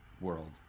world